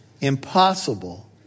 impossible